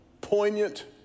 poignant